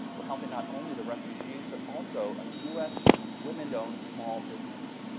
we're helping not only the refugees but also a u s. women owned small business.